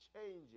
changes